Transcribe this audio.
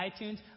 iTunes